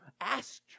asked